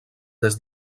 des